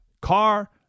car